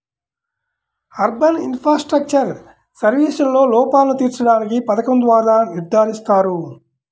urban infrastructural సర్వీసెస్లో లోపాలను తీర్చడానికి పథకం ద్వారా నిర్ధారిస్తారు